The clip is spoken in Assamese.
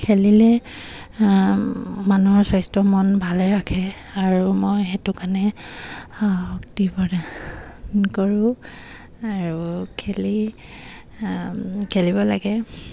খেলিলে মানুহৰ স্বাস্থ্য মন ভালে ৰাখে আৰু মই সেইটো কাৰণে শক্তি প্ৰদান কৰোঁ আৰু খেলি খেলিব লাগে